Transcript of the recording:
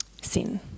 sin